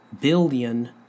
billion